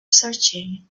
searching